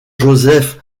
joseph